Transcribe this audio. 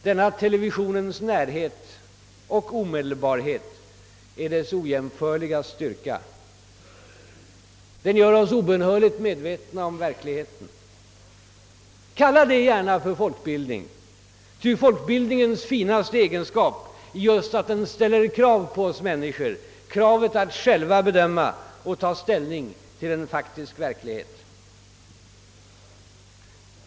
Denna televisionens närhet och omedelbarhet är dess ojämförliga styrka: den gör oss obönhörligen medvetna om verkligheten. Kalla det gärna för folkbildning — ty folkbildningens finaste egenskap är just att den ställer ett krav på oss människor, kravet att själva bedöma och ta ställning till en faktisk verklighet.